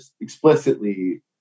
explicitly